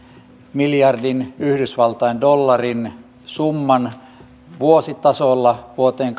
miljardin yhdysvaltain dollarin summan vuositasolla vuoteen